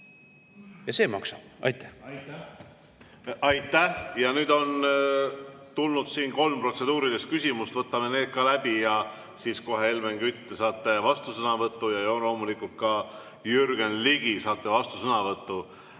Ja see maksab. Aitäh!